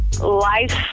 Life